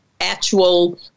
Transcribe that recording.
actual